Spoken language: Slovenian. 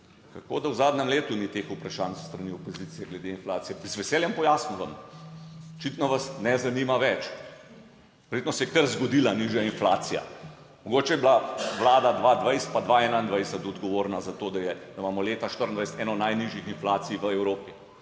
Kako, da v zadnjem letu ni teh vprašanj s strani opozicije glede inflacije, bi z veseljem, pojasnim vam, očitno vas ne zanima več. Verjetno se je kar zgodila nižja inflacija. Mogoče je bila Vlada 2020 pa 2021 odgovorna za to, da je, da imamo leta 2024 eno najnižjih inflacij v Evropi.